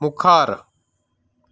मुखार